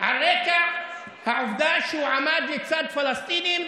על רקע העובדה שהוא עמד לצד פלסטינים